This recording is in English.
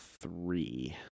three